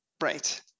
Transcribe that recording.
right